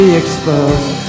exposed